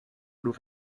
nous